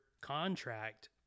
contract